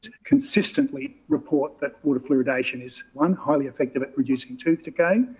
consistently report that water fluoridation is one highly effective at reducing tooth to gain.